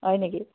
হয় নেকি